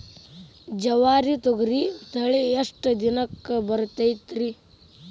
ಜವಾರಿ ತೊಗರಿ ತಳಿ ಎಷ್ಟ ದಿನಕ್ಕ ಬರತೈತ್ರಿ?